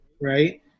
right